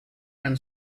and